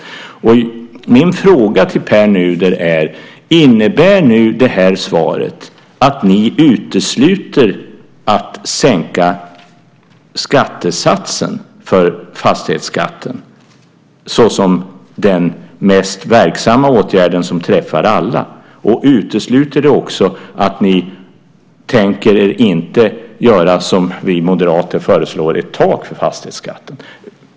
Min fråga till Pär Nuder är: Innebär detta svar att ni utesluter en sänkning av skattesatsen när det gäller fastighetsskatten såsom den mest verksamma åtgärden som träffar alla? Och utesluter det också att ni kan tänka er ett införande av ett tak för fastighetsskatten, som vi moderater föreslår?